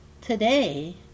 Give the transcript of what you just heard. Today